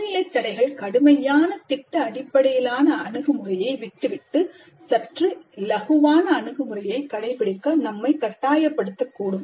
சூழ்நிலை தடைகள் கடுமையான திட்ட அடிப்படையிலான அணுகு முறையை விட்டுவிட்டு சற்று இலகுவான அணுகுமுறையை கடைபிடிக்க நம்மை கட்டாயப்படுத்த கூடும்